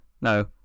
No